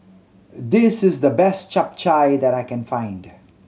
this is the best Chap Chai that I can find